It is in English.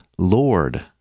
Lord